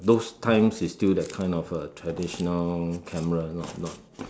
those times it's still the kind of uh traditional camera not not